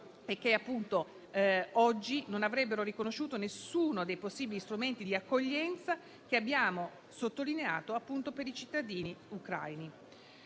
oggi non avrebbero riconosciuto alcuno dei possibili strumenti di accoglienza che abbiamo sottolineato per i cittadini ucraini.